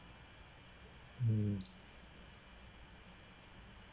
hmm